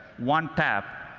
one tap,